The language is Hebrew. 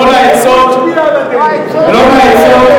לא לעצות,